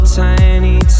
tiny